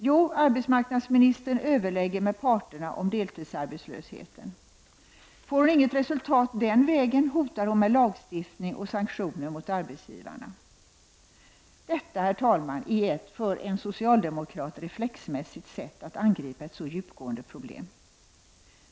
Jo, arbetsmarknadsministern överlägger med parterna om deltidsabetslösheten. Får hon inget resultat den vägen hotar hon med lagstiftning och sanktioner mot arbetsgivarna. Detta är ett för en socialdemokrat reflexmässigt sätt att angripa ett så djupgående problem.